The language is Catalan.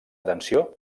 atenció